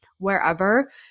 wherever